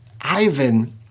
Ivan